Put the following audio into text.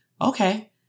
okay